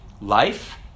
Life